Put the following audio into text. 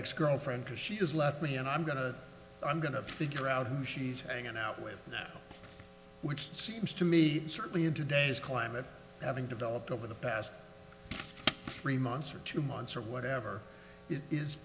ex girlfriend because she has left me and i'm going to i'm going to figure out who she's hanging out with which seems to me certainly in today's climate having developed over the past three months or two months or whatever it is